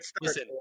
listen